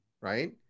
right